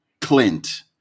Clint